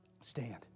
stand